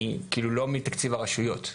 לא מתקציב הרשויות.